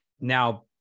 Now